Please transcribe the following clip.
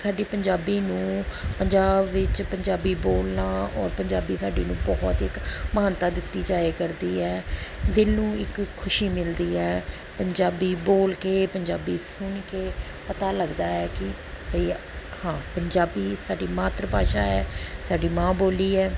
ਸਾਡੀ ਪੰਜਾਬੀ ਨੂੰ ਪੰਜਾਬ ਵਿੱਚ ਪੰਜਾਬੀ ਬੋਲਣਾ ਔਰ ਪੰਜਾਬੀ ਸਾਡੀ ਨੂੰ ਬਹੁਤ ਇੱਕ ਮਹਾਨਤਾ ਦਿੱਤੀ ਜਾਇਆ ਕਰਦੀ ਹੈ ਦਿਲ ਨੂੰ ਇੱਕ ਖੁਸ਼ੀ ਮਿਲਦੀ ਹੈ ਪੰਜਾਬੀ ਬੋਲ ਕੇ ਪੰਜਾਬੀ ਸੁਣ ਕੇ ਪਤਾ ਲੱਗਦਾ ਹੈ ਕਿ ਵਈ ਹਾਂ ਪੰਜਾਬੀ ਸਾਡੀ ਮਾਤਰ ਭਾਸ਼ਾ ਹੈ ਸਾਡੀ ਮਾਂ ਬੋਲੀ ਹੈ